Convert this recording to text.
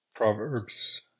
Proverbs